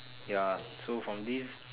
ya so from this